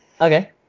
Okay